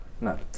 No